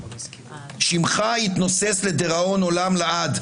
שמך יתנוסס לדיראון עולם לעד,